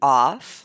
off